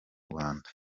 rwanda